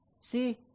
See